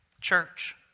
church